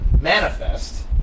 manifest